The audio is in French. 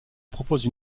propose